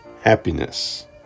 happiness